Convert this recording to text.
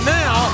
now